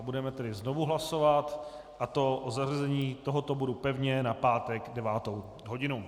Budeme tedy znovu hlasovat, a to o zařazení tohoto bodu pevně na pátek 9. hodinu.